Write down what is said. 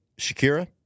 Shakira